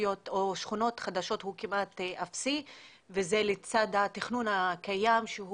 תשתיות או שכונות חדשות כמעט אפסי וזה לצד התכנון הקיים שהוא